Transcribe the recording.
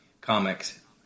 comics